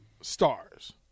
stars